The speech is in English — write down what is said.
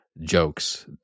jokes